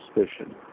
suspicion